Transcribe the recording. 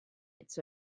its